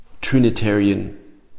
Trinitarian